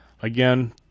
Again